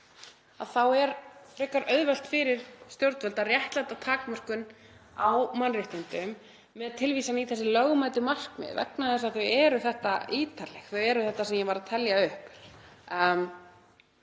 séð er frekar auðvelt fyrir stjórnvöld að réttlæta takmörkun á mannréttindum með tilvísan í þessi lögmætu markmið vegna þess að þau eru þetta ítarleg, þau eru það sem ég var að telja upp: